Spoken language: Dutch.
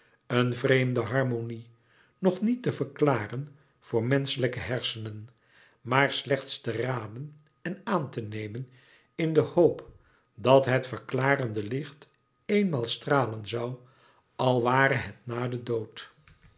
een vreemde harmonie nog niet te verklaren voor menschelijke hersenen maar slechts te raden en aan te nemen in de hoop dat het verklarende licht eenmaal stralen zoû al ware het na den dood